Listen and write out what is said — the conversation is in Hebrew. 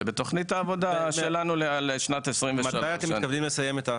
זה בתוכנית העבודה שלנו לשנת 2023. מתי אתם מתכוונים לסיים את זה?